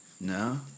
No